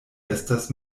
estas